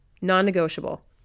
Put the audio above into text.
Non-negotiable